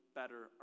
better